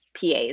PAs